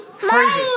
Crazy